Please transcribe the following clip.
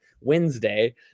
Wednesday